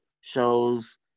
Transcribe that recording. shows